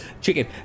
Chicken